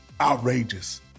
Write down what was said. outrageous